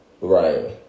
Right